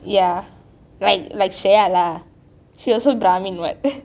ya like like shreya lah she also brahmin what